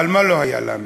אבל מה לא היה לנו?